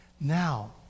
Now